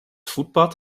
voetpad